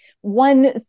one